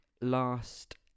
last